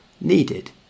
needed